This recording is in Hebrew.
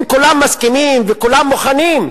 אם כולם מסכימים וכולם מוכנים,